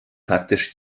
praktisch